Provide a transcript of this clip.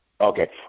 Okay